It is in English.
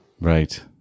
Right